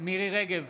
מירי מרים רגב,